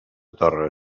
torres